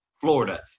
Florida